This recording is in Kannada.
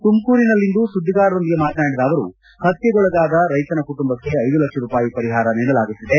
ತುಮಕೂರಿನಲ್ಲಿಂದು ಸುದ್ದಿಗಾರರೊಂದಿಗೆ ಮಾತನಾಡಿದ ಅವರು ಆತ್ಮಪತ್ಯೆಗೊಳಗಾದ ರೈತನ ಕುಟುಂಬಕ್ಕೆ ಐದು ಲಕ್ಷ ರೂಪಾಯಿ ವರಿಹಾರ ನೀಡಲಾಗುತ್ತಿದೆ